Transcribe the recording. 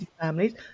families